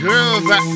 Groove